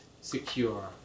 secure